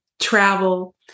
travel